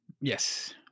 yes